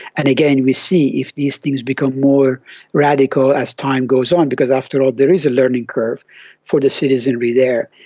and again we see if these things become more radical as time goes on because, after all, there is a learning curve for the citizenry there.